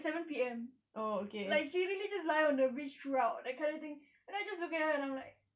seven P_M like she really just lie on the beach throughout that kind of thing then I just look at her and I'm like